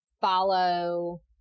follow